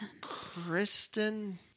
Kristen